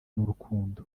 n’urukundo